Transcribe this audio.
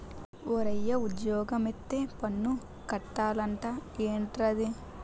ఓరయ్యా ఉజ్జోగమొత్తే పన్ను కట్టాలట ఏట్రది